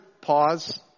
pause